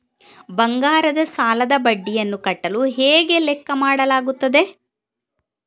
ಬಂಗಾರದ ಸಾಲದ ಬಡ್ಡಿಯನ್ನು ಕಟ್ಟಲು ಹೇಗೆ ಲೆಕ್ಕ ಮಾಡಲಾಗುತ್ತದೆ?